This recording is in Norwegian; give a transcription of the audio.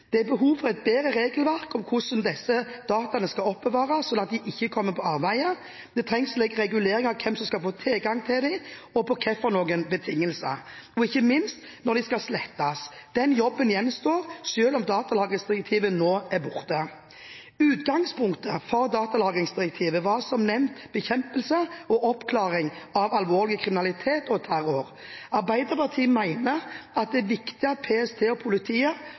Det er behov for et bedre regelverk for hvordan disse dataene skal oppbevares, slik at de ikke kommer på avveier. Det trengs regulering av hvem som skal få tilgang til dem, og på hvilke betingelser – ikke minst når de skal slettes. Den jobben gjenstår, selv om datalagringsdirektivet nå er borte. Utgangspunktet for datalagringsdirektivet var som nevnt bekjempelse og oppklaring av alvorlig kriminalitet og terror. Arbeiderpartiet mener det er viktig at PST og politiet